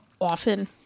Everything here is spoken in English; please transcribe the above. Often